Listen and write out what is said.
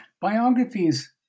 biographies